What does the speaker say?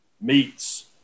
Meats